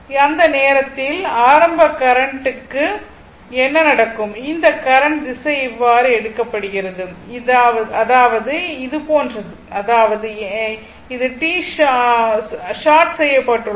அந்த நேரத்தில் ஆரம்ப கரண்ட்க்கு என்ன நடக்கும் இந்த கரண்ட் திசை இவ்வாறு எடுக்கப்படுகிறது அதாவது இது போன்றது அதாவது ஏனென்றால் அது ஷார்ட் செய்யப்பட்டுள்ளது